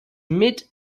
mid